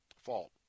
fault